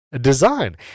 Design